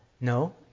No